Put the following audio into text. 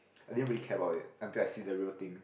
I didn't really care about it until I see the real thing